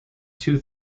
two